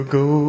go